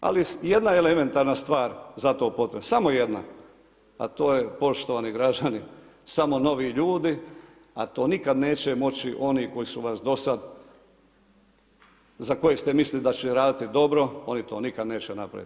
Ali je jedna elementarna stvar za to potrebna, samo jedna, a to je poštovani građani, samo novi ljudi, a to nikad neće moći oni koji su vas do sad, za koje ste mislili da će raditi dobro, oni to nikad neće napraviti.